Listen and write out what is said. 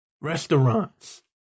restaurants